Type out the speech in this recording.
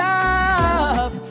Love